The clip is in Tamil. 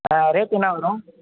ரேட்டு என்ன வரும்